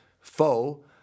foe